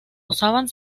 usaban